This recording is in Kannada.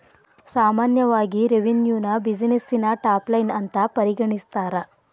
ಸಾಮಾನ್ಯವಾಗಿ ರೆವೆನ್ಯುನ ಬ್ಯುಸಿನೆಸ್ಸಿನ ಟಾಪ್ ಲೈನ್ ಅಂತ ಪರಿಗಣಿಸ್ತಾರ?